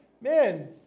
man